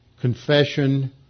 confession